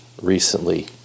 recently